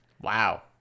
Wow